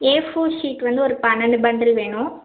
ஏ four sheet வந்து ஒரு பன்னெண்டு பண்டில் வேணும்